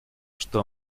что